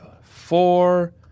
four